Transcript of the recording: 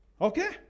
Okay